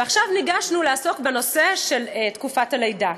ועכשיו ניגשנו לעסוק בנושא של תקופת הלידה.